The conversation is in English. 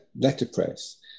Letterpress